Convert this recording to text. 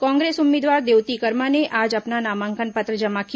कांग्रेस उम्मीदवार देवती कर्मा ने आज अपना नामांकन पत्र जमा किया